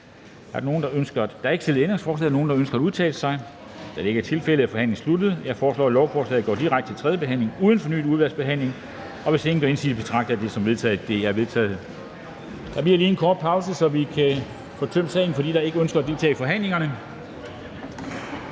Der er ikke stillet ændringsforslag. Er der nogen, der ønsker at udtale sig? Da det ikke er tilfældet, er forhandlingen sluttet. Jeg foreslår, at lovforslaget går direkte til tredje behandling uden fornyet udvalgsbehandling, og hvis ingen gør indsigelse, betragter jeg det som vedtaget. Det er vedtaget. Der bliver lige en kort pause, så vi kan få tømt salen for dem, der ikke ønsker at deltage i forhandlingerne.